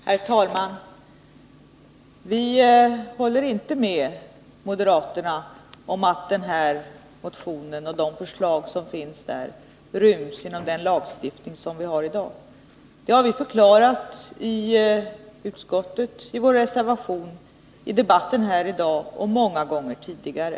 Herr talman! Vi håller inte med moderaterna om att förslagen i den här motionen ryms inom den lagstiftning vi har i dag. Det har vi förklarat i 6 Riksdagens protokoll 1980/81:158-159 utskottet, i vår reservation, i debatten här i dag och många gånger tidigare.